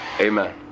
Amen